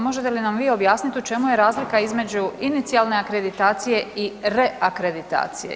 Možete li nam vi objasniti u čemu je razlika između inicijalne akreditacije i reakreditacije?